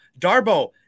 Darbo